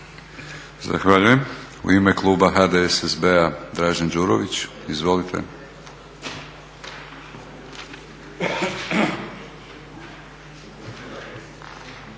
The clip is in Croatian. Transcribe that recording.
Zahvaljujem. U ime kluba HDSSB-a Dražen Đurović. Izvolite.